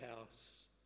house